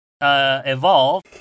evolve